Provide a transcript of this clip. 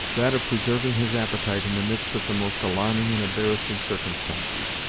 that of preserving his appetite in the midst of the most alarming and embarrassing circumstances.